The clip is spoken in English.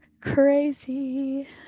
crazy